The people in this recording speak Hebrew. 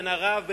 בן ערב,